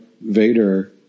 Vader